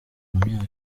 myaka